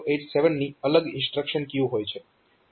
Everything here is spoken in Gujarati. તો 8086 અને 8087 ની અલગ ઇન્સ્ટ્રક્શન્સ ક્યુ હોય છે